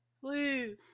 Please